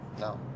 No